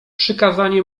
przykazanie